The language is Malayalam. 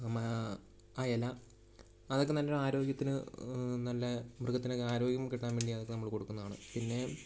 ആ ഇല അതൊക്കെ നല്ലൊരു ആരോഗ്യത്തിന് നല്ല മൃഗത്തിനൊക്കെ ആരോഗ്യം കിട്ടാൻ വേണ്ടി അതൊക്കെ നമ്മൾ കൊടുക്കുന്നതാണ് പിന്നെ